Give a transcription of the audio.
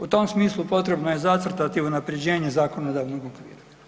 U tom smislu potrebno je zacrtati unaprjeđenje zakonodavnog okvira.